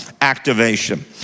activation